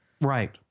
Right